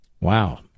Wow